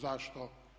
Zašto?